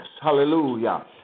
hallelujah